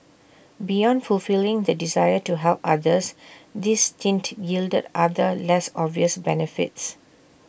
beyond fulfilling the desire to help others this stint yielded other less obvious benefits